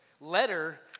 letter